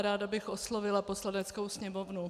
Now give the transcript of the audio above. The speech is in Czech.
Ráda bych oslovila Poslaneckou sněmovnu.